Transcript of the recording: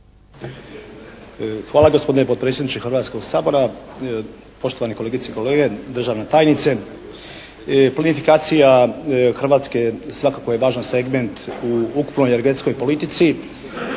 Hvala gospodine potpredsjedniče Hrvatskog sabora. Poštovane kolegice i kolege, državna tajnice. Plinifikacija Hrvatske svakako je važan segment u ukupnoj energetskoj politici